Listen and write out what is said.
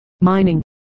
mining